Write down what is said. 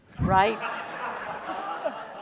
right